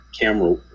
camera